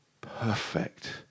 perfect